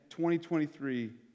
2023